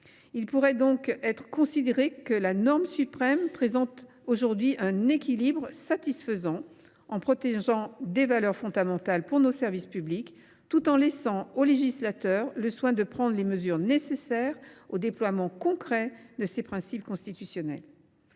On peut donc estimer que la norme suprême présente aujourd’hui un équilibre satisfaisant. Elle protège des valeurs fondamentales pour nos services publics tout en laissant au législateur le soin de prendre les mesures nécessaires au déploiement concret de ces principes constitutionnels.